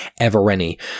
Evereni